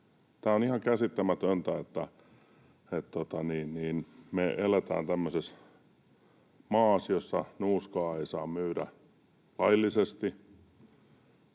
Tämä on ihan käsittämätöntä, että me eletään tämmöisessä maassa, jossa nuuskaa ei saa myydä laillisesti